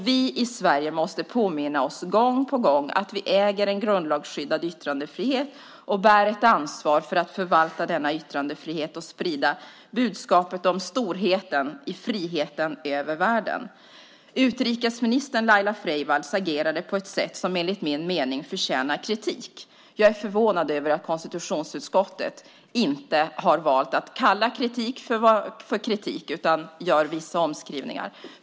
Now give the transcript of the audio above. Vi i Sverige måste påminna oss gång på gång att vi äger en grundlagsskyddad yttrandefrihet och bär ett ansvar för att förvalta denna yttrandefrihet och sprida budskapet om storheten i friheten över världen. Utrikesminister Laila Freivalds agerade på ett sätt som enligt min mening förtjänar kritik. Jag är förvånad över att konstitutionsutskottet inte har valt att kalla kritik för kritik utan gör vissa omskrivningar.